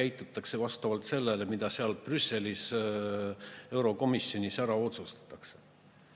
käitutakse vastavalt sellele, mida seal Brüsselis eurokomisjonis ära otsustatakse.